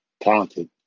talented